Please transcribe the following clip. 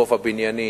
גובה בניינים,